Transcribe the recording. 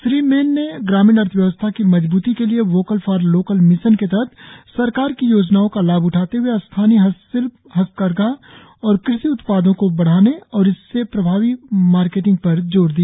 श्री मेन ने ग्रामीण अर्थव्यवस्था की मजबूती के लिए वोकल फॉर लोकल मिशन के तहत सरकार की योजनाओं का लाभ उठाते हए स्थानीय हस्तशिल्प हथकरघा और कृषि उत्पादों को बढ़ाने और इसके प्रभावी मार्केटिंग पर जोर दिया